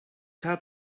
had